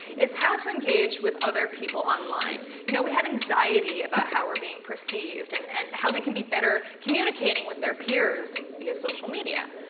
is how to engage with other people online. you know, we have anxiety about how we're being perceived and and how they can be better communicating with their peers via social media.